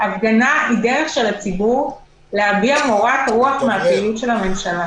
שהפגנה היא דרך של הציבור להביע מורת רוח מההתנהלות של הממשלה.